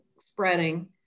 spreading